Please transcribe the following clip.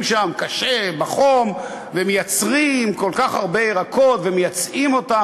שם קשה בחום ומייצרים כל כך הרבה ירקות ומייצאים אותם.